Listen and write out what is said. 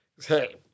Hey